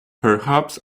perhaps